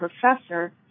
professor